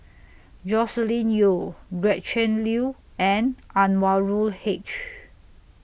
Joscelin Yeo Gretchen Liu and Anwarul Haque